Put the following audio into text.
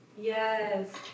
Yes